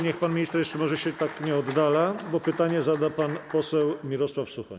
Niech pan minister jeszcze może się tak nie oddala, bo pytanie zada pan poseł Mirosław Suchoń.